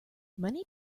many